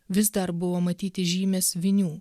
vis dar buvo matyti žymės vinių